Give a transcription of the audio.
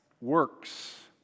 Works